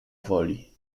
woli